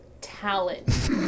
talent